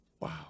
Wow